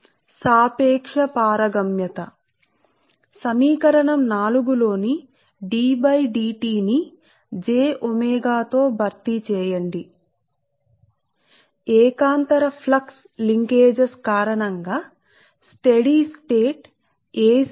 కాబట్టి ఆ సందర్భంలో 4 సమీకరణంలో మీరు steady state voltage drop j 𝛚 ద్వారా భర్తీ చేస్తే ప్రత్యామ్నాయ ఫ్లక్స్ అనుసంధానం కారణంగా పొందవచ్చు ƛLi కి సమానం